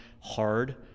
hard